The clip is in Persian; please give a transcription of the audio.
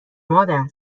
مادر